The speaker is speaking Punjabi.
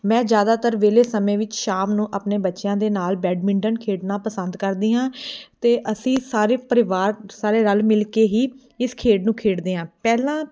ਮੈਂ ਜ਼ਿਆਦਾਤਰ ਵਿਹਲੇ ਸਮੇਂ ਵਿੱਚ ਸ਼ਾਮ ਨੂੰ ਆਪਣੇ ਬੱਚਿਆਂ ਦੇ ਨਾਲ਼ ਬੈਡਮਿੰਟਨ ਖੇਡਣਾ ਪਸੰਦ ਕਰਦੀ ਹਾਂ ਅਤੇ ਅਸੀਂ ਸਾਰੇ ਪਰਿਵਾਰ ਸਾਰੇ ਰਲ਼ ਮਿਲ ਕੇ ਹੀ ਇਸ ਖੇਡ ਨੂੰ ਖੇਡਦੇ ਹਾਂ ਪਹਿਲਾਂ